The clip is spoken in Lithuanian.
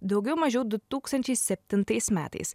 daugiau mažiau du tūkstančiai septintais metais